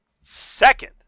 Second